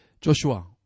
Joshua